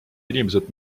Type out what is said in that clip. inimesed